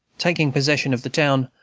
taking possession of the town,